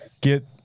get